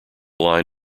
line